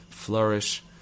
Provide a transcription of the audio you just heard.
flourish